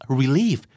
relief